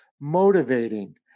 motivating